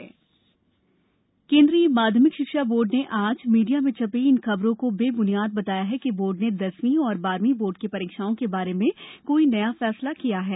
CBSE स् ष्टीकरण केंद्रीय माध्यमिक शिक्षा बोर्ड ने आज मीडिया में छप्पी इन खबरों को बेब्नियाद बताया कि बोर्ड ने दसवीं और बारहवीं बोर्ड की ैरीक्षाओं के बारे में कोई नया फैसला किया है